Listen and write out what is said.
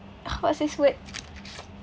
what's this word